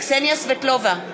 קסניה סבטלובה,